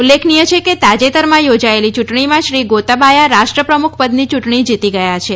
ઉલ્લેખનીય છે કે તાજેતરમાં યોજાયેલી યૂંટણીમાં શ્રી ગોતાબાયા રાષ્ટ્રપ્રમુખ પદની ચૂંટણી જીતી ગયા છે